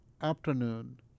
afternoon